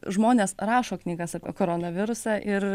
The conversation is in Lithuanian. žmonės rašo knygas apie koronavirusą ir